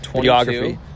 geography